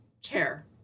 chair